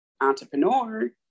entrepreneur